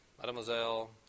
mademoiselle